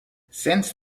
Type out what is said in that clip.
since